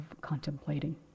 contemplating